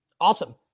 Awesome